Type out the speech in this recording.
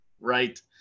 Right